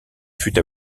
fut